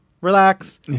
relax